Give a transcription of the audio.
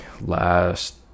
last